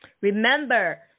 Remember